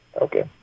Okay